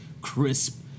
crisp